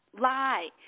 lie